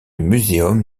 muséum